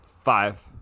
Five